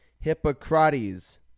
hippocrates